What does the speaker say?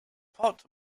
pot